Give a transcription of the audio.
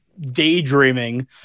daydreaming